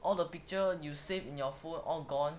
all the picture you save in your phone all gone